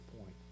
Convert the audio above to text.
point